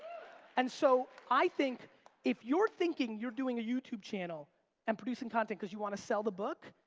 and so, i think if you're thinking you're doing a youtube channel and producing content because you wanna sell the book,